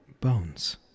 Bones